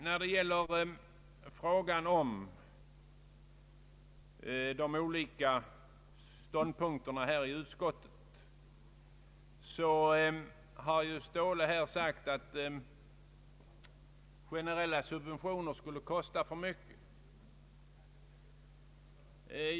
När det gäller de olika ståndpunkterna i utskottet har herr Ståhle här sagt att generella subventioner skulle kosta för mycket.